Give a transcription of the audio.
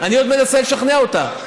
אני עוד מנסה לשכנע אותה.